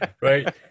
Right